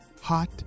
hot